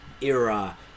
era